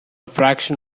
fraction